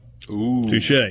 Touche